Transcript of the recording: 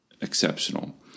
exceptional